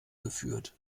geführt